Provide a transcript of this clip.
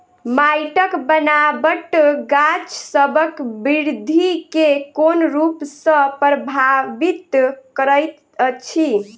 माइटक बनाबट गाछसबक बिरधि केँ कोन रूप सँ परभाबित करइत अछि?